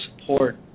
support